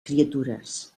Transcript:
criatures